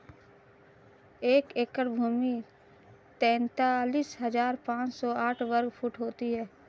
एक एकड़ भूमि तैंतालीस हज़ार पांच सौ साठ वर्ग फुट होती है